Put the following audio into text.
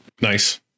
Nice